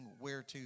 whereto